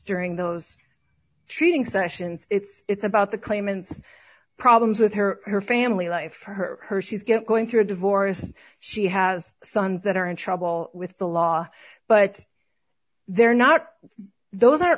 during those training sessions it's about the claimant's problems with her her family life her her she's get going through a divorce she has sons that are in trouble with the law but they're not those are